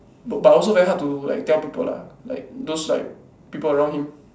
but also very hard to like tell people lah like those like people around him